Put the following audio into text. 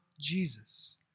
Jesus